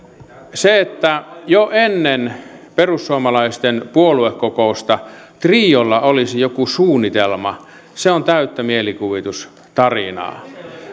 se että jo ennen perussuomalaisten puoluekokousta triolla olisi ollut joku suunnitelma on täyttä mielikuvitustarinaa